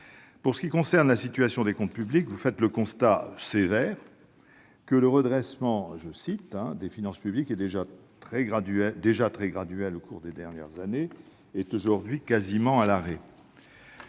Pour ce qui concerne la situation des comptes publics, la Cour fait le constat, sévère, suivant :« Le redressement des finances publiques, déjà très graduel au cours des dernières années, est aujourd'hui quasiment à l'arrêt.